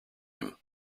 him